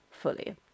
fully